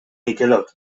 mikelot